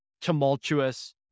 tumultuous